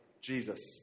Jesus